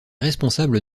responsable